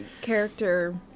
character